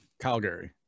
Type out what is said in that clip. Calgary